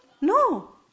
No